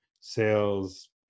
sales